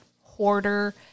hoarder